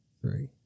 Three